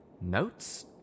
Notes